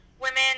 women